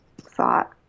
thought